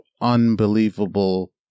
unbelievable